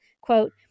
quote